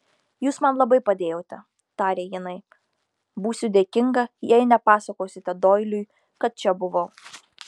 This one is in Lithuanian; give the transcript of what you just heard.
jūs man labai padėjote tarė jinai būsiu dėkinga jei nepasakosite doiliui kad čia buvau